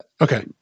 okay